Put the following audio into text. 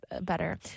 better